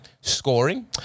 scoring